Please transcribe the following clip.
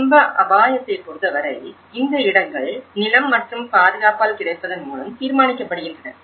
பூகம்ப அபாயத்தைப் பொறுத்தவரை இந்த இடங்கள் நிலம் மற்றும் பாதுகாப்பால் கிடைப்பதன் மூலம் தீர்மானிக்கப்படுகின்றன